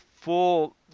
full